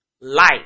life